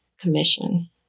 commission